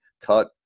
cut